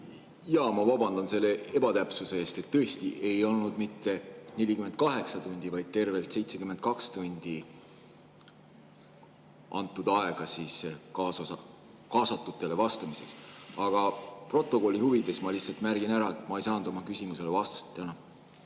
Ma vabandan selle ebatäpsuse eest. Tõesti ei olnud mitte 48 tundi, vaid tervelt 72 tundi antud kaasatutele aega vastamiseks. Aga protokolli huvides ma lihtsalt märgin ära, et ma ei saanud oma küsimusele enne vastust.